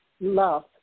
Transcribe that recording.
love